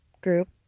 group